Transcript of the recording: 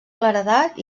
claredat